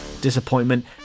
disappointment